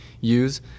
use